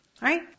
Right